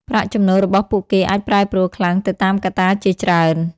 ប្រាក់ចំណូលរបស់ពួកគេអាចប្រែប្រួលខ្លាំងទៅតាមកត្តាជាច្រើន។